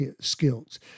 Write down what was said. skills